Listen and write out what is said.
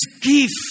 gift